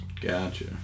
Gotcha